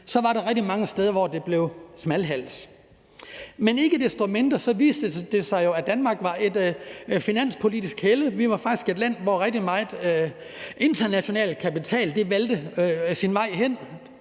var der rigtig mange steder, hvor der blev smalhals. Ikke desto mindre viste det sig jo, at Danmark var et finanspolitisk helle. Vi var faktisk et land, hvor rigtig meget international kapital valgte sin vej hen.